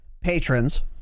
patrons